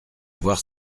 avoir